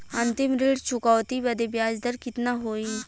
अंतिम ऋण चुकौती बदे ब्याज दर कितना होई?